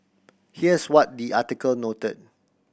here's what the article noted